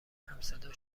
همصدا